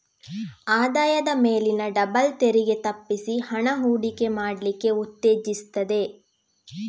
ಆದಾಯದ ಮೇಲಿನ ಡಬಲ್ ತೆರಿಗೆ ತಪ್ಪಿಸಿ ಹಣ ಹೂಡಿಕೆ ಮಾಡ್ಲಿಕ್ಕೆ ಉತ್ತೇಜಿಸ್ತದೆ